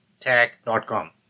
tech.com